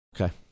okay